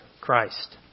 Christ